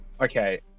Okay